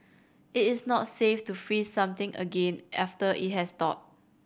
it is not safe to freeze something again after it has thawed